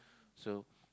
so